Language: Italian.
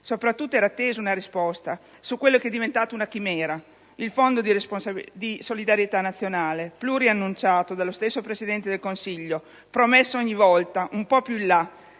Soprattutto, era attesa un risposta su quella che è diventata un chimera: il Fondo di solidarietà nazionale, pluriannunciato dallo stesso Presidente del Consiglio, promesso ogni volta un po' più in là.